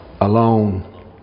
Alone